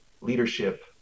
leadership